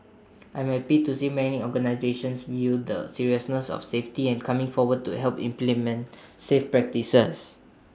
I am happy to see many organisations view the seriousness of safety and coming forward to help implement safe practices